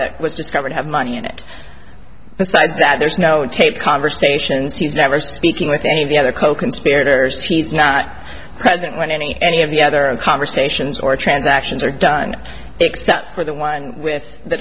that was discovered have money in it besides that there's no taped conversations he's never speaking with any of the other coconspirators he's not present when any any of the other conversations or transactions are done except for the one with the